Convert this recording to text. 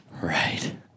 right